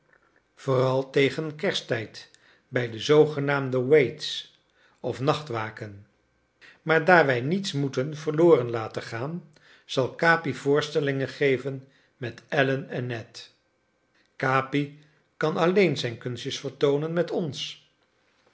vooral tegen kersttijd bij de zoogenaamde waits of nachtwaken maar daar wij niets moeten verloren laten gaan zal capi voorstellingen geven met allen en ned capi kan alleen zijn kunstjes vertoonen met ons